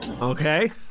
Okay